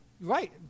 Right